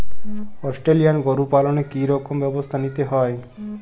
Australian গরু পালনে কি রকম ব্যবস্থা নিতে হয়?